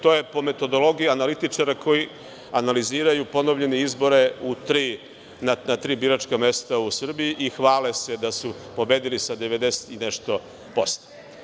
To je po metodologiji analitičara koji analiziraju ponovljene izbore na tri biračka mesta u Srbiji i hvale se da su pobedili sa 90 i nešto posto.